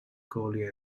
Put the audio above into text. cowley